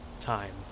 time